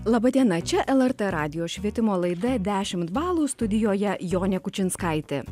laba diena čia lrt radijo švietimo laida dešimt balų studijoje jonė kučinskaitė